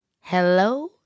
hello